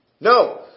No